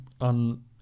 on